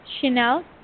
Chanel